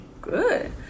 Good